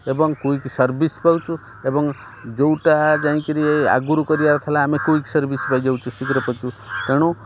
ଏବଂ quick service ପାଉଛୁ ଏବଂ ଯେଉଁଟା ଯାଇକରି ଆଗରୁ କରିବାର ଥଲା ଆମେ କୁଇକ୍ ସର୍ଭିସ୍ ପାଇଯାଉଛୁ ଶୀଘ୍ର ପାଇଛୁ ତେଣୁ